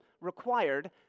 required